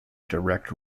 direct